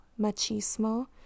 machismo